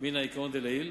מן העיקרון דלעיל,